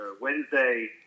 Wednesday